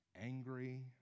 angry